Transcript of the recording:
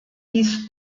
dies